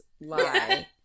lie